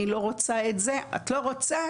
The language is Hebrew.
אני לא רוצה את זה את לא רוצה?